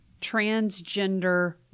transgender